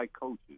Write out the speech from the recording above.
coaches